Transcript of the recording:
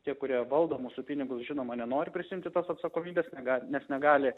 tie kurie valdo mūsų pinigus žinoma nenori prisiimti tos atsakomybės nega nes negali